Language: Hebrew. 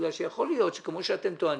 יכול להיות, כמו שאתם טוענים,